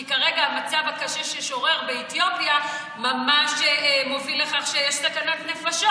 כי כרגע המצב הקשה ששורר באתיופיה ממש מוביל לכך שיש סכנת נפשות.